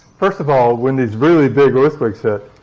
first of all, when these really big earthquakes hit,